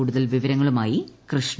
കൂടുതൽ വിവരങ്ങളുമായി കൃഷ്ണ